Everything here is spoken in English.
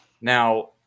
Now